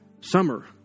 summer